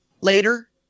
later